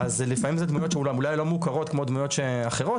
אז לפעמים זה דמויות שאולי לא מוכרות כמו דמויות אחרות,